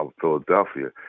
Philadelphia